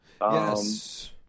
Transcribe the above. Yes